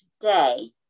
today